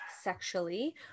sexually